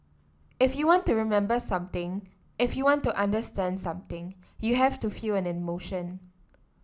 if you want to remember something if you want to understand something you have to feel an emotion